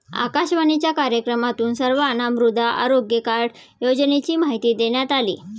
आकाशवाणीच्या कार्यक्रमातून सर्वांना मृदा आरोग्य कार्ड योजनेची माहिती देण्यात आली